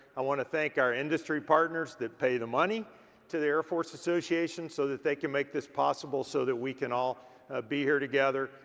i wanna thank our industry partners that pay the money to the air force association so that they can make this possible so that we can all ah be here together.